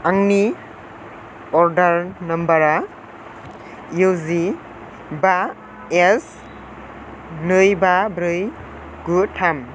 आंनि अर्दार नाम्बारआ इउ जि बा एस नै बा ब्रै गु थाम